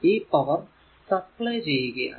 ഈ power supply ചെയ്യുകയാണ്